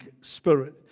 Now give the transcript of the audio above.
spirit